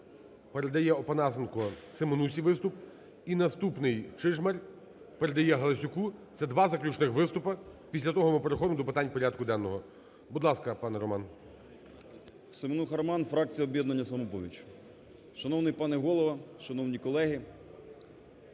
передає Опанасенко Семенусі виступ і наступний Чижмар передає Галасюку – це два заключних виступи. Після того ми переходимо до питань порядку денного. Будь ласка, пане Роман. 10:35:05 СЕМЕНУХА Р.С. Семенуха Роман, фракція "Об'єднання "Самопоміч". Шановний пане Голово, шановні колеги!